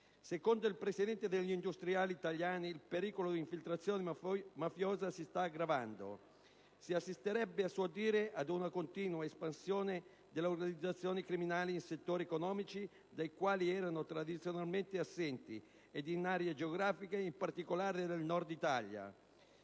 secondo la quale il pericolo di infiltrazione mafiosa si sta aggravando. Si assisterebbe, a suo dire, ad una continua espansione delle organizzazioni criminali in settori economici dai quali erano tradizionalmente assenti ed in aree geografiche, in particolare del Nord Italia,